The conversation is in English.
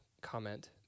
comment